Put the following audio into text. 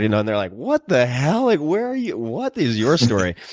you know, and they're like, what the hell? like where are you? what is your story?